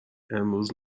امروز